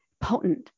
potent